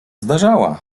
zdarzała